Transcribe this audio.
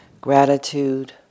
Gratitude